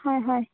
হয় হয়